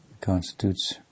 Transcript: constitutes